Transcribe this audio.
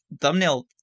thumbnail